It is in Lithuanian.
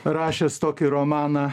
rašęs tokį romaną